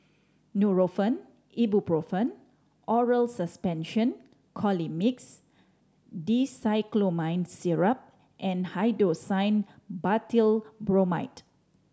Nurofen Ibuprofen Oral Suspension Colimix Dicyclomine Syrup and Hyoscine Butylbromide